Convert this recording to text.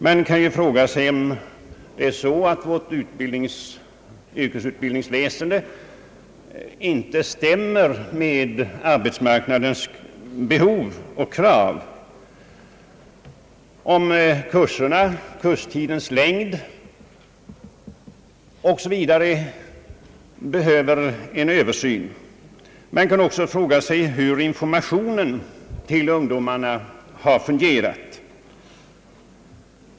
Man kan fråga sig om det är så att vårt yrkesutbildningsväsen inte stämmer med arbetsmarknadens behov och krav, om kurstidens längd osv. behöver en översyn. Man kan också fråga sig hur informationen till ungdomarna har fungerat.